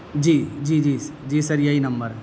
جی جی جی جی سر یہی نمبر ہے